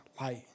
light